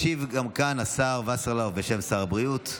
גם כאן ישיב השר וסרלאוף בשם שר הבריאות.